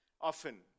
Often